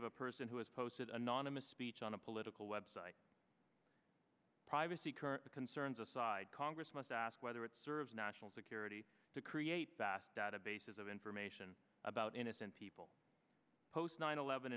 of a person who has posted anonymous speech on a political web site privacy current concerns aside congress must ask whether it serves national security to create vast databases of information about innocent people post nine eleven